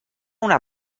una